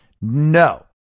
No